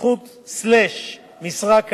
זכות/משרה,